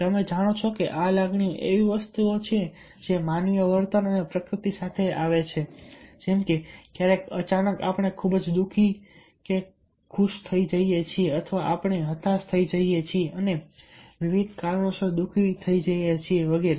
તમે જાણો છો આ લાગણીઓ એવી વસ્તુઓ છે જે માનવીય વર્તન અને પ્રકૃતિ સાથે આવે છે જેમકે ક્યારેક અચાનક આપણે ખૂબ જ દુઃખી ખુશ કે ખુશ થઈ જઈએ છીએ અથવા આપણે હતાશ થઈ જઈએ છીએ અને વિવિધ કારણોસર દુઃખી થઈ જઈએ છીએ વગેરે